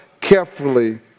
carefully